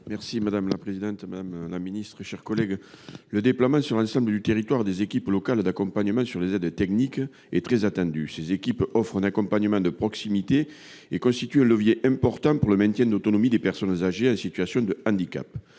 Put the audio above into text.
est ainsi libellé : La parole est à M. Henri Cabanel. Le déploiement sur l’ensemble du territoire des équipes locales d’accompagnement sur les aides techniques (EqLAAT) est très attendu. Ces équipes offrent un accompagnement de proximité et constituent un levier important pour le maintien de l’autonomie des personnes âgées et en situation de handicap.